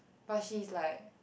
but she's like